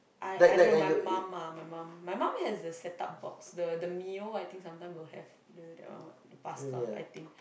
I I don't know my mum ah my mum my mum has the set up box the the the Mio I think sometime will have the that one what the Pascal I think